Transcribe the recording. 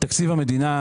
תקציב המדינה,